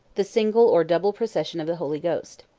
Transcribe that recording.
the single or double procession of the holy ghost.